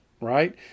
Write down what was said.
right